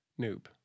noob